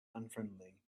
unfriendly